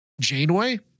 Janeway